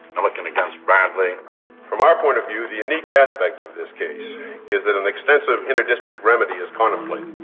milliken against bradley from our point of view, the unique aspect of this case is that an extensive inter-district remedy is contemplated,